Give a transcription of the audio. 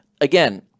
again